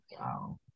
wow